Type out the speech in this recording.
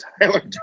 Tyler